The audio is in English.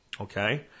okay